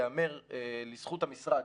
ייאמר לזכות המשרד,